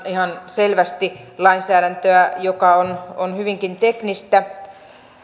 ihan selvästi lainsäädäntöä joka on on hyvinkin teknistä